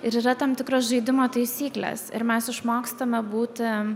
ir yra tam tikros žaidimo taisykles ir mes išmokstame būti